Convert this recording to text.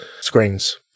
screens